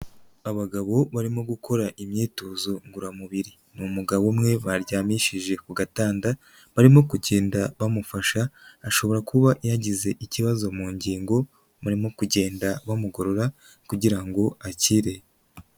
Abagabo barimo gukora imyitozo ngororamubiri. Ni umugabo umwe, baryamishije ku gatanda, barimo kugenda bamufasha, ashobora kuba yagize ikibazo mu ngingo, barimo kugenda bamugorora kugira ngo akire.